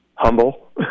Humble